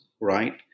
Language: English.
right